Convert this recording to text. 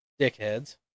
dickheads